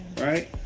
Right